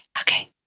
okay